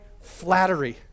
flattery